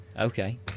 Okay